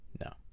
no